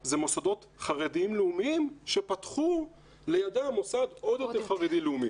אלה מוסדות חרדיים לאומיים שפתחו לידם מוסד עוד יותר חרדי-לאומי.